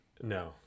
no